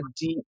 deep